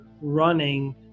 running